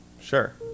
sure